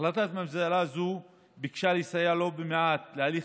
החלטת ממשלה זו ביקשה לסייע ולו במעט להליך